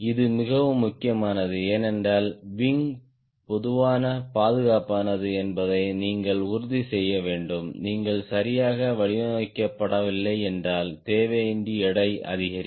இது மிகவும் முக்கியமானது ஏனென்றால் விங் போதுமான பாதுகாப்பானது என்பதை நீங்கள் உறுதி செய்ய வேண்டும் நீங்கள் சரியாக வடிவமைக்கப்படவில்லை என்றால் தேவையின்றி எடை அதிகரிக்கும்